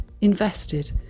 invested